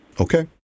Okay